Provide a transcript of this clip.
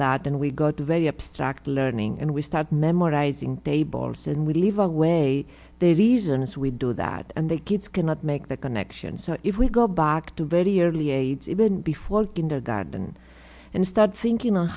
that and we got very upset jacked learning and we start memorizing tables and we leave away the reasons we do that and the kids cannot make that connection so if we go back to bed early aides even before kindergarten and start thinking on